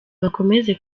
bakomeze